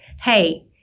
Hey